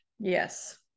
yes